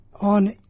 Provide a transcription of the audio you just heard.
on